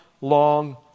long